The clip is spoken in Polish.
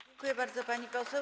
Dziękuję bardzo, pani poseł.